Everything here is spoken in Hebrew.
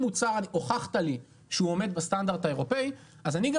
אם הוכחת לי שמוצר עומד בסטנדרט האירופאי אז אני גם